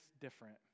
different